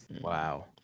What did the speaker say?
Wow